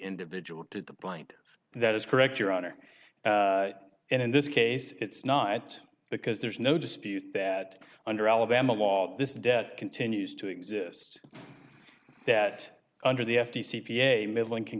individual to the blind that is correct your honor and in this case it's not because there's no dispute that under alabama law this debt continues to exist that under the f t c p a middling can